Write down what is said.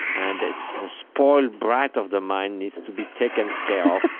and it's the spoiled brat of the mind needs to be taken care of,